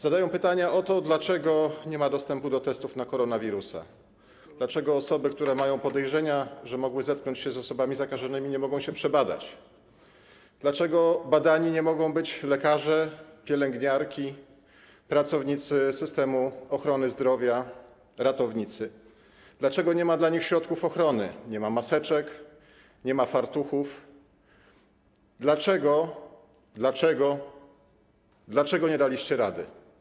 Zadają pytania o to, dlaczego nie ma dostępu do testów na koronawirusa, dlaczego osoby, które mają podejrzenia, że mogły zetknąć się z osobami zakażonymi, nie mogą się przebadać, dlaczego nie mogą być badani lekarze, pielęgniarki, pracownicy systemu ochrony zdrowia, ratownicy, dlaczego nie ma dla nich środków ochrony, nie ma maseczek, nie ma fartuchów, dlaczego nie daliście rady.